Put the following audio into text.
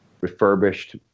refurbished